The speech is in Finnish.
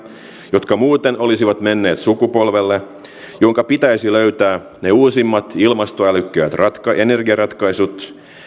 jotka muuten olisivat menneet sukupolvelle jonka pitäisi löytää ne uusimmat ilmastoälykkäät energiaratkaisut